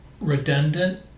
redundant